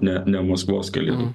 ne ne maskvos kalėdų